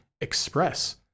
express